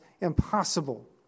impossible